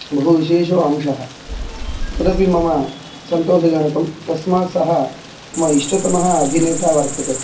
बहु विशेषो अंशः तदपि मम सन्तोषजनकं तस्मात् सः मम इष्टतमः अभिनेता वर्तते